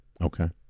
Okay